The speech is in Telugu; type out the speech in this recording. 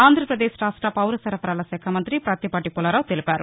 ఆంధ్రప్రదేశ్ రాష్ట పౌర సరఫరాల శాఖ మంతి ప్రత్తిపాటి పుల్లారావు తెలిపారు